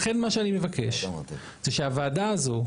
לכן מה שאני מבקש זה שהוועדה הזאת,